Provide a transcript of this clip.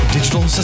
Digital